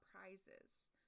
prizes